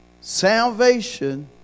salvation